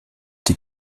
die